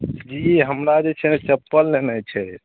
जी हमरा जे छैने चप्पल लेनाइ छै